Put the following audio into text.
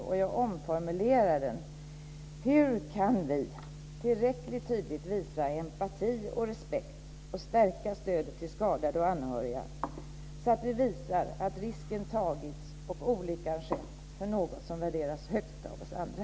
Och jag omformulerar den: Hur kan vi tillräckligt tydligt visa empati och respekt och stärka stödet till skadade och anhöriga, så att vi visar att risken tagits och olyckan skett för något som värderas högt av oss andra?